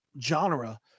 genre